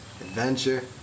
adventure